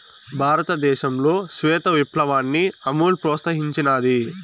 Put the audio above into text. భారతదేశంలో శ్వేత విప్లవాన్ని అమూల్ ప్రోత్సహించినాది